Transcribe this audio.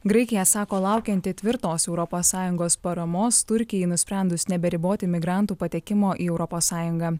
graikija sako laukianti tvirtos europos sąjungos paramos turkijai nusprendus neberiboti migrantų patekimo į europos sąjungą